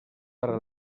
para